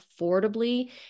affordably